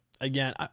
again